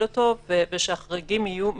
את אותו צורך חיוני ושהחריגים יהיו מצומצמים.